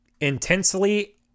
intensely